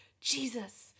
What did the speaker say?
Jesus